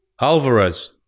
Alvarez